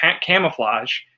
camouflage